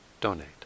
donate